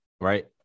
right